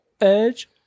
edge